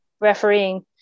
refereeing